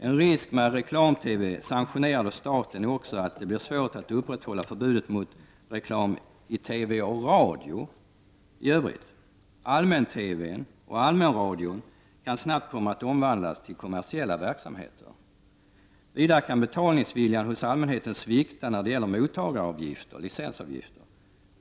En risk med reklam-TV, sanktionerad av staten, är också att det blir svårt att upprätthålla förbudet mot reklam i TV och radio i övrigt. Allmän-TV-n och allmän-radion kan snabbt komma att omvandlas till kommersiella verksamheter. Vidare kan betalningsviljan hos allmänheten svikta när det gäller mottagaravgifter, licensavgifter.